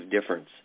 difference